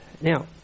Now